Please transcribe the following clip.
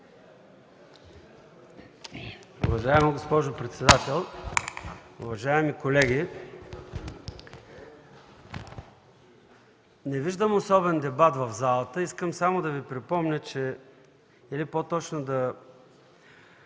Уважаема госпожо председател, уважаеми колеги! Не виждам особен дебат в залата. Искам само да Ви припомня или по-точно да